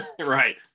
right